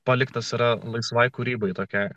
paliktas yra laisvai kūrybai tokia